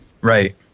Right